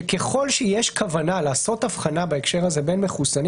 שככל שיש כוונה לעשות הבחנה בהקשר הזה בין מחוסנים